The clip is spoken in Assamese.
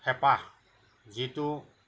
হেঁপাহ যিটো